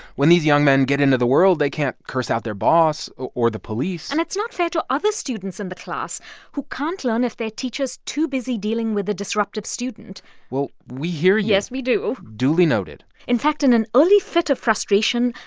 when these young men get into the world, they can't curse out their boss ah or the police and it's not fair to other students in the class who can't learn if their teacher's too busy dealing with a disruptive student well, we hear you yes, we do duly noted in fact, in an early fit of frustration,